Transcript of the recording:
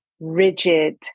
rigid